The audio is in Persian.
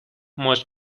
ماچ